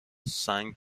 سنگ